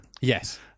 Yes